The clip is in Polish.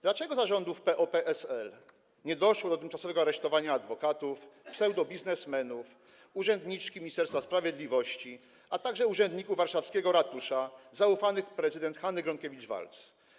Dlaczego za rządów PO-PSL nie doszło do tymczasowego aresztowania adwokatów, pseudobiznesmenów, urzędniczki Ministerstwa Sprawiedliwości, a także urzędników warszawskiego ratusza - zaufanych prezydent Hanny Gronkiewicz-Waltz?